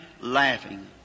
laughing